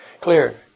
Clear